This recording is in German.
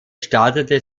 startete